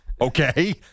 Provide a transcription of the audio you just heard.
Okay